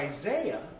Isaiah